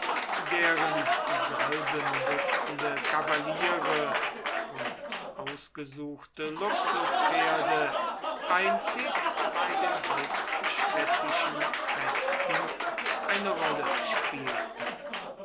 deren salbenduftende kavaliere und ausgesuchte luxuspferde einzig bei den hauptstädtischen festen eine rolle spielten